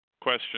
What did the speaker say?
Question